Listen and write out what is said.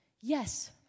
Yes